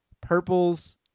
purples